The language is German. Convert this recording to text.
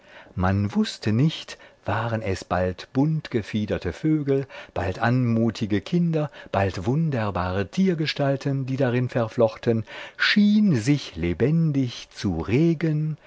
man wußte nicht waren es bald buntgefiederte vögel bald anmutige kinder bald wunderbare tiergestalten die darin verflochten schien sich lebendig zu regen